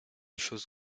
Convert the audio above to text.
choses